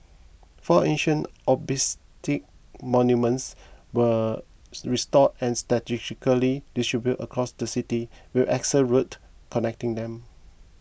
four ancient obelisk monuments were restored and strategically distributed across the city with axial roads connecting them